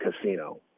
casino